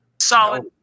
solid